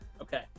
Okay